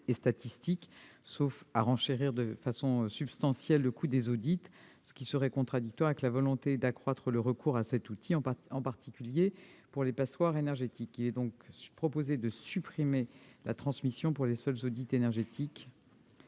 et statistique, sauf à renchérir de manière substantielle le coût des audits, ce qui serait contradictoire avec la volonté d'accroître le recours à cet outil, en particulier pour les passoires énergétiques. Il est donc proposé de supprimer la transmission pour les seuls audits énergétiques,